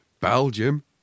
Belgium